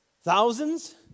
Thousands